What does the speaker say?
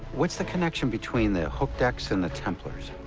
what's the connection between the hooked x and the templars?